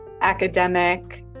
academic